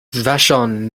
vashon